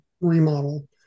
remodel